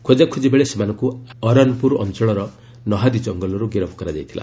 ଖୋକାଖୋଜି ବେଳେ ସେମାନଙ୍କୁ ଅରନପୁର ଅଞ୍ଚଳର ନହାଦି ଜଙ୍ଗଲରୁ ଗିରଫ୍ କରାଯାଇଥିଲା